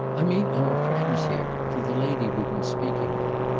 i mean our friend's here to the lady we've been speaking of.